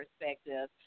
perspective